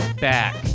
back